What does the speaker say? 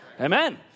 Amen